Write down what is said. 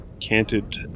canted